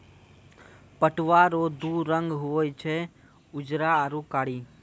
पटुआ रो दू रंग हुवे छै उजरा आरू कारी